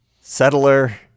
settler